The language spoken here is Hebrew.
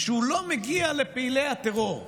שהוא לא מגיע לפעילי הטרור.